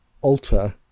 alter